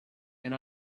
and